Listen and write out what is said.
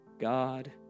God